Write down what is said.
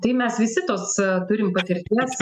tai mes visi tos turim patirties